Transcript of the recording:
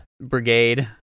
brigade